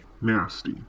Nasty